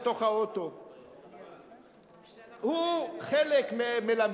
הוא כבר נולד לתוך האוטו,